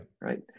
right